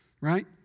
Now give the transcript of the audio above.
Right